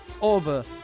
over